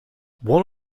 one